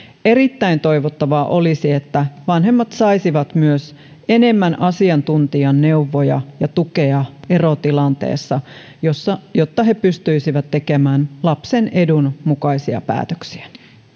erittäin toivottavaa olisi että vanhemmat saisivat myös enemmän asiantuntijan neuvoja ja tukea erotilanteessa jotta he pystyisivät tekemään lapsen edun mukaisia päätöksiä